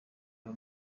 abo